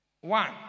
one